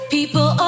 People